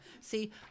see